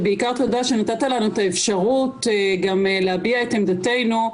ובעיקר תודה שנתת לנו את האפשרות גם להביע את עמדתנו.